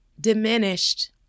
diminished